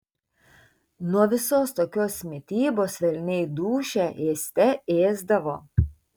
nuo visos tokios mitybos velniai dūšią ėste ėsdavo